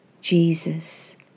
Jesus